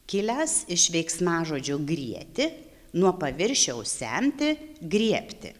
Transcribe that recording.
kilęs iš veiksmažodžio grieti nuo paviršiaus semti griebti